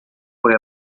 foi